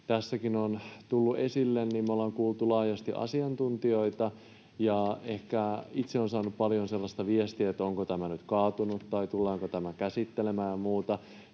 tässäkin on tullut esille, niin me ollaan kuultu laajasti asiantuntijoita, ja itse olen saanut paljon sellaista viestiä, että onko tämä nyt kaatunut tai tullaanko tämä käsittelemään ja muuta